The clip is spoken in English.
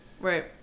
Right